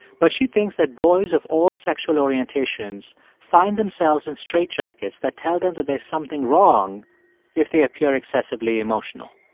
but she thinks that boys of all sexual orientations find themselves in straitjackets that tell them that there's something wrong if they appear excessively emotional.